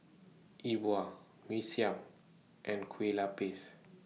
E Bua Mee Siam and Kuih Lopes